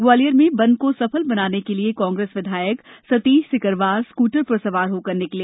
ग्वालियर में बंद को सफल बनाने के लिए कांग्रेस विधायक सतीश सिकरवार स्कूटर पर सवार होकर निकले